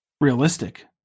realistic